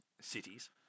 cities